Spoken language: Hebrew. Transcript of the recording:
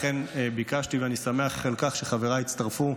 לכן ביקשתי, ואני שמח על כך שחבריי הצטרפו,